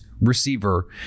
receiver